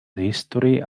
historii